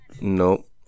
Nope